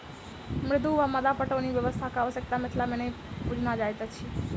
मद्दु वा मद्दा पटौनी व्यवस्थाक आवश्यता मिथिला मे नहि बुझना जाइत अछि